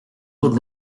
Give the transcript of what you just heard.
eau